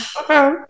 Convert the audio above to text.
Okay